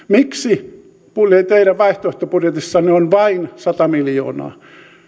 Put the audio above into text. miksi teidän vaihtoehtobudjetissanne on vain sata miljoonaa